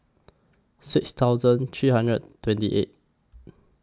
six thousand three hundred and twenty eight